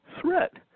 threat